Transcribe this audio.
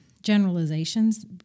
generalizations